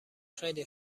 خیلی